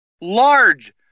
large